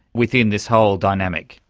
within this whole dynamic.